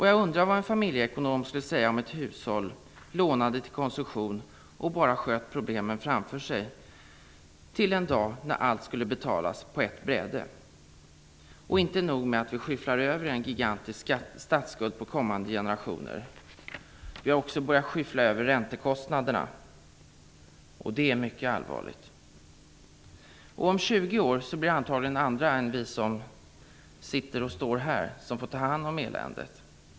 Jag undrar vad en familjeekonom skulle säga om ett hushåll lånade till konsumtion och bara sköt problemen framför sig till den dag när allt skulle betalas på ett bräde. Inte nog med att vi skyfflar över en gigantisk statsskuld på kommande generationer, vi har också börjat skyffla över räntekostnaderna. Det är mycket allvarligt. Om 20 år blir det antagligen andra än vi som sitter och står här som får ta hand om eländet.